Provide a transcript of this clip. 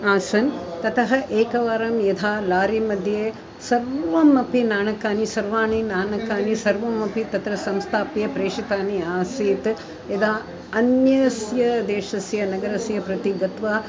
आसन् ततः एकवारं यदा लारिमध्ये सर्वम् अपि नाणकानि सर्वाणि नाणकानि सर्वम् अपि तत्र संस्थाप्य प्रेषितानि आसीत् यदा अन्यस्य देशस्य नगरस्य प्रति गत्वा